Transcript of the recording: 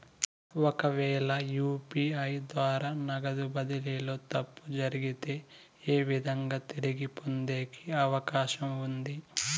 ఒకవేల యు.పి.ఐ ద్వారా నగదు బదిలీలో తప్పు జరిగితే, ఏ విధంగా తిరిగి పొందేకి అవకాశం ఉంది?